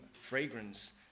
fragrance